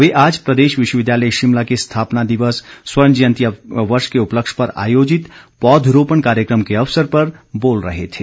वे आज प्रदेश विश्वविद्यालय शिमला के स्थापना दिवस स्वर्ण जयंति वर्ष के उपलक्ष पर आयोजित पौधरोपण कार्यक्रम के अवसर पर बोल रहे थे